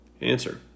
Answer